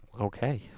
Okay